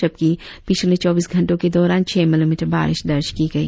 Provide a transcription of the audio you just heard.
जबकि पिछले चौबीस घंटों के दौरान छह मिलीमीटर बारिश दर्ज कि गई